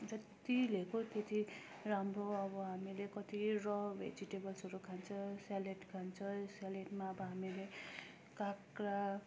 जति लिएको त्यति राम्रो हो अब हामीले कति र भेजिटेबल्सहरू खान्छ सेलेड खान्छ सेलेडमा अब हामीले काँक्रो